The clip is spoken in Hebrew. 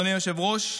אדוני היושב-ראש,